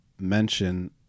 mention